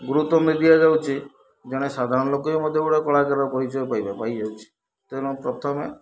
ଗୁରୁତ୍ୱ ମିଡ଼ିଆ ଯାଉଛି ଜଣେ ସାଧାରଣ ଲୋକ ମଧ୍ୟ ଗୋଟେ କଳାକାର ପରିଚୟ ପାଇଯାଉଛି ତେଣୁ ପ୍ରଥମେ